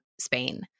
Spain